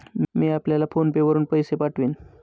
मी आपल्याला PhonePe वरुन पैसे पाठवीन